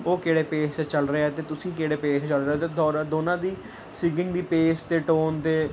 ਉਹ ਕਿਹੜੇ ਪੇਸ 'ਤੇ ਚੱਲ ਰਿਹਾ ਹੈ ਅਤੇ ਤੁਸੀਂ ਕਿਹੜੇ ਪੇਸ ਚੱਲ ਰਹੇ ਹੋ ਅਤੇ ਦੋਨਾਂ ਦੀ ਸਿੰਗਿੰਗ ਦੀ ਪੇਸ ਅਤੇ ਟੋਨ ਦੇ